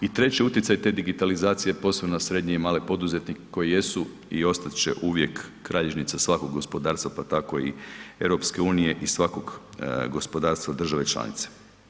I treći utjecaj te digitalizacije posebno na srednje i male poduzetnike koji jesu i ostati će uvijek kralježnica svakog gospodarstva pa tako i EU i svakog gospodarstva države članice.